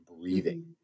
breathing